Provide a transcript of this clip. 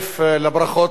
חבר הכנסת חיים כץ.